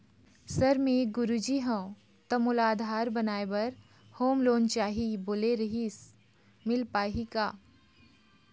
Sir मे एक गुरुजी हंव ता मोला आधार बनाए बर होम लोन चाही बोले रीहिस मील पाही का?